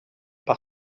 par